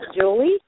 Julie